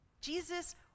Jesus